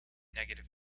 negative